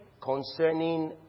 concerning